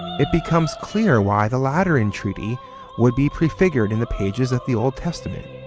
it becomes clear why the lateran treaty would be prefigured in the pages of the old testament.